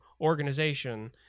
organization